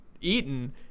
eaten